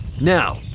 Now